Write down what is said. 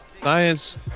Science